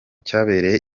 cyabereye